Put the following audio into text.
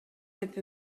деп